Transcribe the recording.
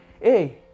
hey